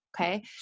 Okay